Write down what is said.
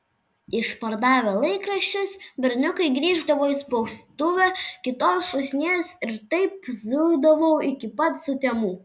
išpardavę laikraščius berniukai grįždavo į spaustuvę kitos šūsnies ir taip zuidavo iki pat sutemų